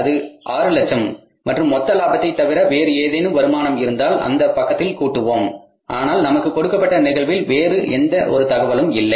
அது 600000 மற்றும் மொத்த லாபத்தைத் தவிர வேறு ஏதேனும் வருமானம் இருந்தால் இந்த பக்கத்தில் கூட்டுவோம் ஆனால் நமக்கு கொடுக்கப்பட்ட நிகழ்வில் வேறு எந்த ஒரு தகவலும் இல்லை